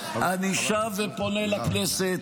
תפסיקו לזרוק אותן על הרצפה.